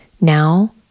now